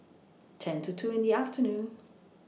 ten to two in The afternoon